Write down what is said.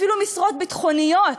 אפילו משרות ביטחוניות,